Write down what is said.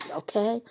okay